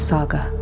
Saga